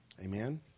Amen